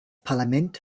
parlament